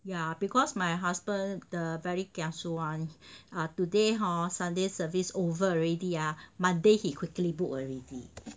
ya because my husband the very kiasu [one] ah today hor sunday service over already ah monday he quickly book already